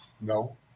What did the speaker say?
No